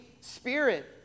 Spirit